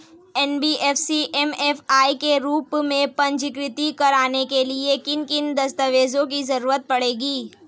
NBFC MFI के रूप में पंजीकृत कराने के लिए किन किन दस्तावेजों की जरूरत पड़ेगी?